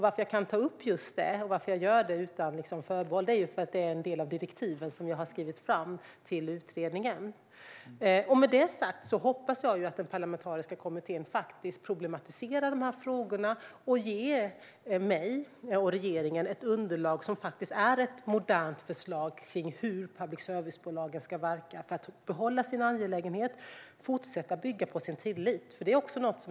Att jag kan ta upp just det och gör det utan förbehåll beror på att det är en del av direktiven till utredningen som jag har skrivit fram. Med det sagt hoppas jag att den parlamentariska kommittén problematiserar frågorna och ger mig och regeringen ett underlag som är ett modernt förslag för hur public service-bolagen ska verka för att behålla sin angelägenhet och fortsätta bygga på sin tillit. Public service-bolagen är oerhört uppskattade.